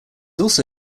also